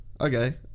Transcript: Okay